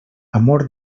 amor